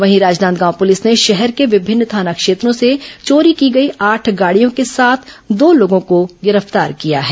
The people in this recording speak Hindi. वहीं राजनांदगांव पुलिस ने शहर के विभिन्न थाना क्षेत्रों से चोरी की गई आठ गाड़ियों के साथ दो लोगों को गिरफ्तार किया है